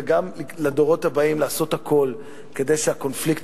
וגם לדורות הבאים לעשות הכול כדי שהקונפליקט